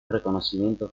reconocimiento